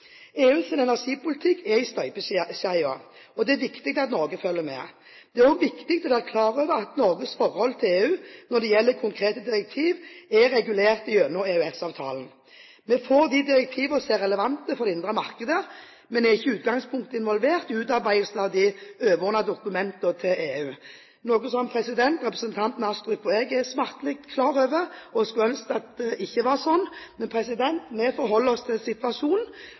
EU gjør på energiområdet. EUs energipolitikk er i støpeskjeen, og det er viktig at Norge følger med. Det er også viktig å være klar over at Norges forhold til EU når det gjelder konkrete direktiver, er regulert gjennom EØS-avtalen. Vi får de direktiver som er relevante for det indre markedet, men er ikke i utgangspunktet involvert i utarbeidelsen av de overordnede dokumentene til EU, noe som representanten Astrup og jeg er smertelig klar over. Vi skulle ønsket at det ikke var slik, men vi forholder oss til situasjonen.